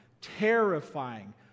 terrifying